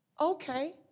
Okay